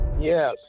Yes